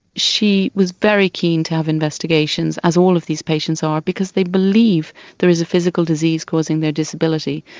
she was very keen to have investigations, as all of these patients are, because they believe that there is a physical disease causing their disability.